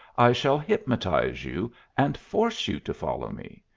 i shall hypnotize you and force you to follow me.